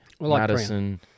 Madison